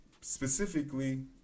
specifically